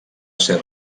ser